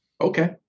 Okay